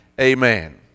amen